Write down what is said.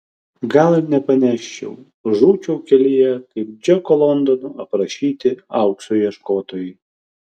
gal ir nepaneščiau žūčiau kelyje kaip džeko londono aprašyti aukso ieškotojai